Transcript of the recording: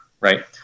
right